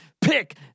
pick